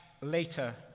later